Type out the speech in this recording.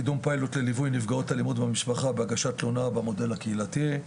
קידום פיילוט לליווי נפגעות אלימות במשפחה בהגשת תלונה במודל הקהילתי.